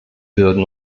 würden